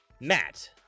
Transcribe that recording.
Matt